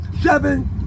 seven